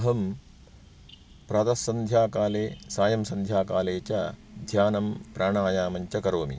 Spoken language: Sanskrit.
अहं प्रातः सन्ध्याकाले सायं सन्ध्याकाले च ध्यानं प्राणायामञ्च करोमि